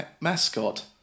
mascot